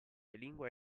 lingua